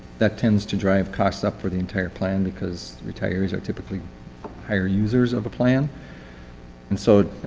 that tends to drive costs up for the entire plan because retirees are typically higher users of the plan and so